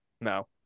no